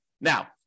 Now